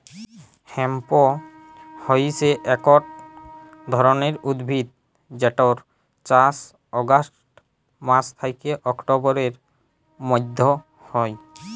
hemp হইসে একট ধরণের উদ্ভিদ যেটর চাস অগাস্ট মাস থ্যাকে অক্টোবরের মধ্য হয়